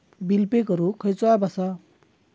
Bill pay करूक खैचो app असा?